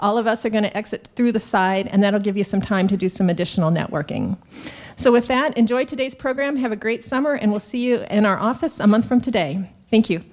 all of us are going to exit through the side and that will give you some time to do some additional networking so with that enjoy today's program have a great summer and we'll see you in our office a month from today thank you